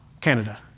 Canada